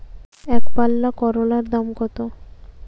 একপাল্লা করলার দাম কত?